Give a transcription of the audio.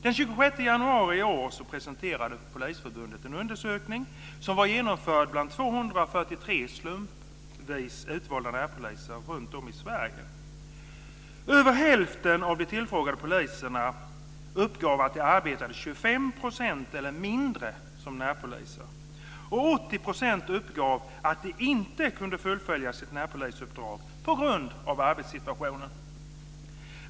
Den 26 januari i år presenterade Polisförbundet en undersökning som genomförts bland 243 slumpvis utvalda närpoliser runtom i Sverige. Över hälften av de tillfrågade poliserna uppgav att de arbetade 25 % eller mindre av sin arbetstid som närpoliser. 80 % av poliserna uppgav att de inte kunde fullfölja sitt närpolisuppdrag på grund av arbetssituationen.